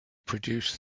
produced